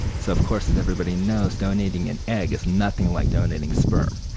so of course as everybody knows, donating an egg is nothing like donating sperm,